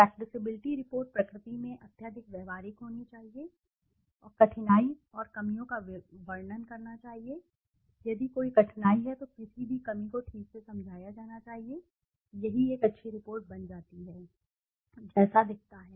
Practicabilityप्रक्टिसाबिलिटी report प्रकृति में अत्यधिक व्यावहारिक होनी चाहिए और कठिनाई और कमियों का वर्णन करना चाहिए यदि कोई कठिनाई है तो किसी भी कमी को ठीक से समझाया जाना चाहिए यही एक अच्छी रिपोर्ट बन जाती है जैसा दिखता है